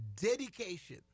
dedication